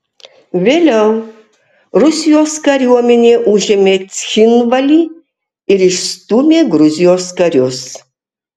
vėliau rusijos kariuomenė užėmė cchinvalį ir išstūmė gruzijos karius